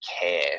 care